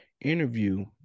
interview